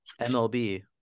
MLB